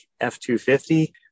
F-250